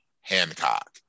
hancock